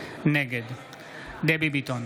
נגד דבי ביטון,